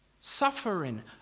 Suffering